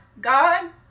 God